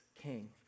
king